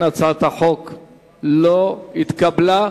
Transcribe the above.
הצעת החוק לא התקבלה.